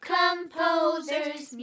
composers